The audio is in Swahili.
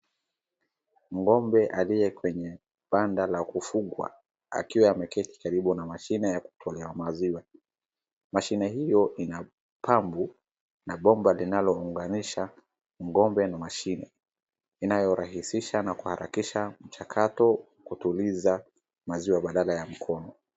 Ngombe aliye kwenye banda la kufungwa akiwa ameketi karibu na mashine ya kutolea maziwa, mashine hiyo ina pampu na bomba linalo unganisha ngombe na mashini inayorahisisha na kuharakisha mchakato kutuliza maziwa badala ya mkono.